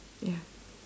ya